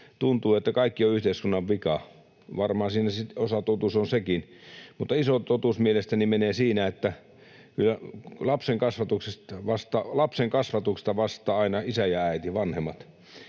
tuntui, että kaikki on yhteiskunnan vika. Varmaan siinä osatotuus on sekin, mutta iso totuus mielestäni menee siinä, että lapsen kasvatuksesta vastaavat aina isä ja äiti, vanhemmat.